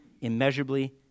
immeasurably